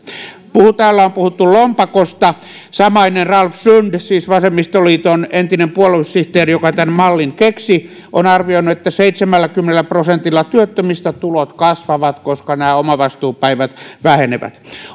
täällä on puhuttu lompakosta samainen ralf sund siis vasemmistoliiton entinen puoluesihteeri joka tämän mallin keksi on arvioinut että seitsemälläkymmenellä prosentilla työttömistä tulot kasvavat koska nämä omavastuupäivät vähenevät